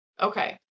okay